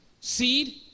seed